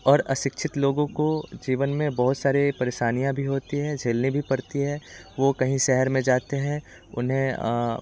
और अशिक्षित लोगों को जीवन में बहुत सारे परेशानियाँ भी होती हैं झेलनी भी पड़ती है वो कहीं शहर में जाते हैं उन्हें